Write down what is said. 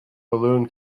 balloon